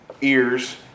ears